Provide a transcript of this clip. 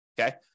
Okay